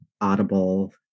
audible